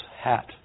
hat